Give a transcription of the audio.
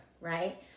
right